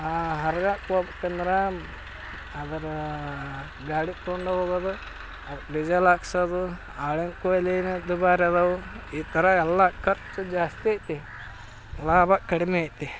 ಹರ್ಗಕ್ಕ ಹೋಗ್ಬೇಕ್ ಅಂದ್ರೆ ಅದರ ಗಾಡಿ ತಗೊಂಡು ಹೋಗೋದು ಅದು ಡಿಝೆಲ್ ಹಾಕ್ಸೋದು ಆಳು ದುಬಾರಿ ಅದವು ಈ ಥರ ಎಲ್ಲ ಖರ್ಚು ಜಾಸ್ತಿ ಐತಿ ಲಾಭ ಕಡಿಮೆ ಐತಿ